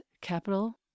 capital